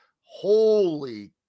Holy